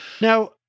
Now